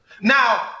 Now